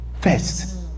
first